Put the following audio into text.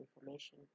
information